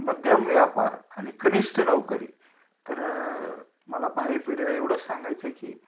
मध्यम व्यापार आणि कनिष्ठ नोकरी तर मला भावी पिढीला एवढंच सांगायचं आहे की